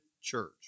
church